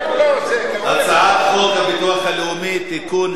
הצעת חוק הביטוח הלאומי (תיקון,